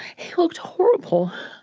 he looked horrible.